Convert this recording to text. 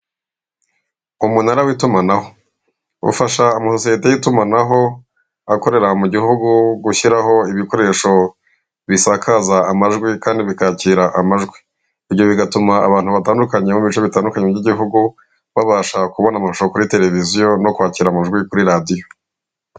Umunara w'itumanaho! Ufasha amasosiyete y'itumanaho akorera mu gihugu gushyiraho ibikoresho bisakaza amajwi, kandi bikakira amajwi. Ibyo bigatuma abantu batandukanye bo mu bice bitandukanye by'igihugu babasha kubona amashusho kuri televiziyo, no kwakira amajwi kuri radiyo.